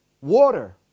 Water